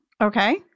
Okay